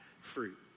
fruit